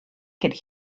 could